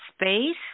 space